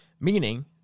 Meaning